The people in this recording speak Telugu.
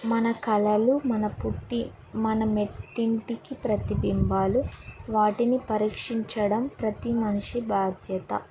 మన కళలు మన పుట్టి మన మెట్టింటికి ప్రతిబింబాలు వాటిని పరీక్షించడం ప్రతీ మనిషి బాధ్యత